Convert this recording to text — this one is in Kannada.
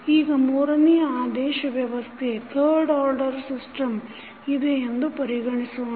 ಈಗ ಮೂರನೆಯ ಆದೇಶ ವ್ಯವಸ್ಥೆ ಇದೆ ಎಂದು ಪರಿಗಣಿಸಸೋಣ